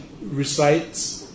recites